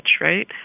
right